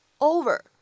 over